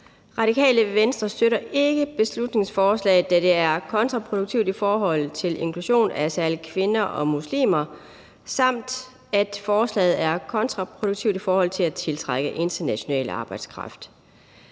Radikale Venstre støtter ikke beslutningsforslaget, da det er kontraproduktivt i forhold til inklusionen af særlig kvinder og muslimer, og det er kontraproduktivt i forhold til at tiltrække international arbejdskraft.